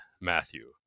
Matthew